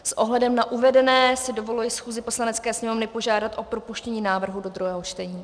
S ohledem na uvedené si dovoluji schůzi Poslanecké sněmovny požádat o propuštění návrhu do druhého čtení.